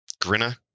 Grinner